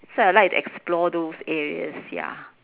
so I like to explore those areas ya